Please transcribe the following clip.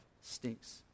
stinks